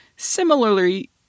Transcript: similarly